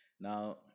now